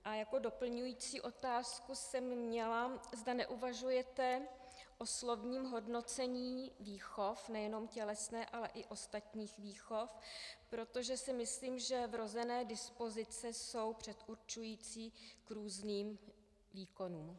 A jako doplňující otázku jsem měla, zda neuvažujete o slovním hodnocení výchov, nejenom tělesné, ale i ostatních výchov, protože si myslím, že vrozené dispozice jsou předurčující k různým výkonům.